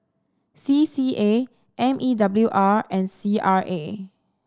C C A M E W R and C R A